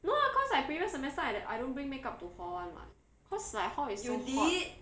no lah because like previous semester I ne~ I don't bring make up to hall [one] [what] because like hall is so hot